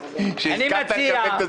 ושאתה שלחת מכתב.